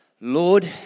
Lord